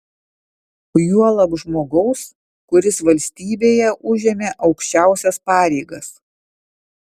juolab žmogaus kuris valstybėje užėmė aukščiausias pareigas